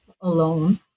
alone